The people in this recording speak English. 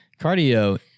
Cardio